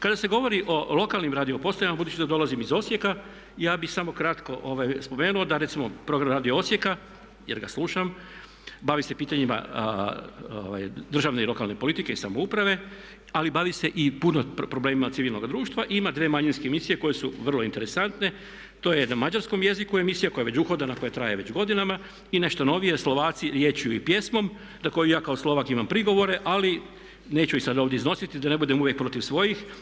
Kada se govori o lokalnim radiopostajama budući da dolazim iz Osijeka, ja bih samo kratko spomenuo da recimo program Radio Osijeka, jer ga slušam, bavi se pitanjima državne i lokalne politike i samouprave ali bavi se i puno problemima civilnoga društva i ima dvije manjinske emisije koje su vrlo interesantne, to je na mađarskom jeziku emisija koja je već uhodana, koja traje već godinama i nešto novije Slovaci riječku i pjesmo na koju ja kao Slovak imam prigovore ali neću ih sada ovdje iznositi da ne budem uvijek protiv svojih.